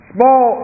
small